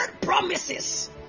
promises